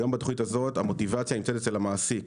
היום בתכנית הזאת המוטיבציה נמצאת אצל המעסיק,